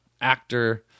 actor